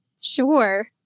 Sure